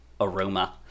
aroma